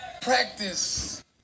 Practice